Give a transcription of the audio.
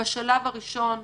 בשלב הראשון,